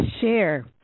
share